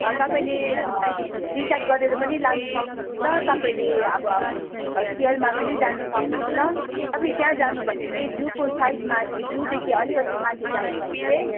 तपाईँले रिजर्भ गरेर पनि लानु सक्नु हुन्छ तपाईँले अब सेयरमा पनि जानु सक्नु हुन्छ तपाईँ त्यहाँ जानु भयो भने चाहिँ जूको साइडमा जूदेखि अलिकति माथि जानु भयो भने चाहिँ